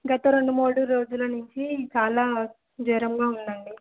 గత రెండు మూడు రోజుల నుంచి చాలా జ్వరంగా ఉందండి